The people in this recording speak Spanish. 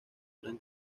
gran